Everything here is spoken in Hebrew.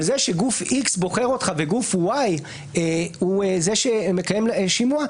אבל זה שגוף איקס בוחר אותך וגוף ואי הוא זה שמקיים שימוע,